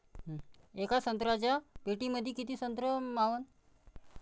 येका संत्र्याच्या पेटीमंदी किती संत्र मावन?